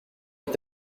est